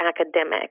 academic